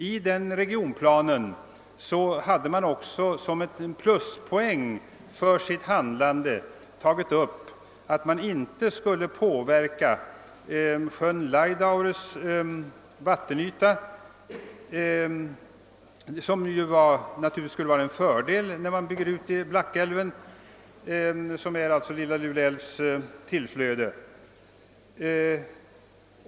I den »regionplanen» hade man också som ett pluspoäng för sitt handlande tagit upp att man inte skulle påverka sjön Laidaures vattenyta, vilket naturligtvis skulle ha varit till fördel när man bygger ut Blackälven, som är Lilla Lule älvs tillflöde.